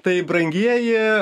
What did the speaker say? tai brangieji